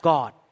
God